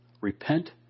Repent